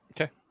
Okay